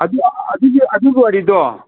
ꯑꯗꯨꯒꯤ ꯋꯥꯔꯤꯗꯣ